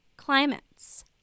Climates